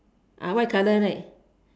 uh white colour right